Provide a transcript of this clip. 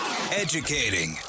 Educating